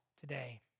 today